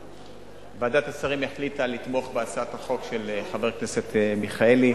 ועדת השרים החליטה לתמוך בהצעת החוק של חבר הכנסת מיכאלי.